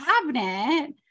cabinet